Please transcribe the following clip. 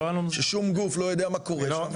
ששום גוף לא יודע מה קורה שם.